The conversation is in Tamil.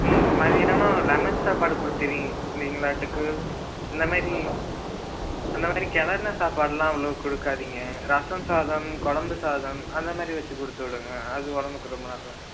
ம் மதியானம் லெமன் சாப்பாடு கொடுத்துருந் தீங்கலாட்டுக்கு இந்தமாரி அந்தமாரி கிளறுன சாப்பாடுலாம் அவ்வளோவா கொடுக்காதீங்க ரசம் சாதம் குழம்பு சாதம் அந்தமாரி வச்சு கொடுத்து விடுங்கள் அது உடம்புக்கு ரொம்ப நல்லது